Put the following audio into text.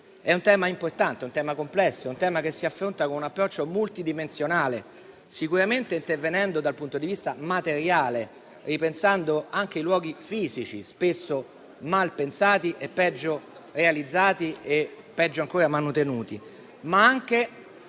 sociale è importante e complesso. È un tema che si affronta con un approccio multidimensionale, sicuramente intervenendo dal punto di vista materiale, ripensando anche i luoghi fisici, spesso mal pensati, peggio realizzati e peggio ancora manutenuti, ma anche